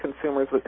consumers